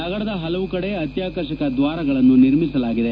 ನಗರದ ಹಲವು ಕಡೆ ಅತ್ಯಾಕರ್ಷಕ ದ್ವಾರಗಳನ್ನು ನಿರ್ಮಿಸಲಾಗಿದೆ